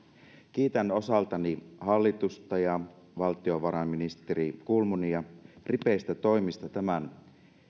kiitän osaltani hallitusta ja valtiovarainministeri kulmunia ripeistä toimista tämän